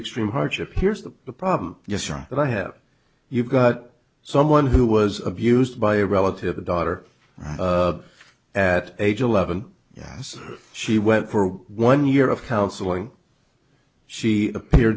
extreme hardship piers the problem yes john and i have you got someone who was abused by a relative a daughter at age eleven yes she went for one year of counseling she appear